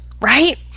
right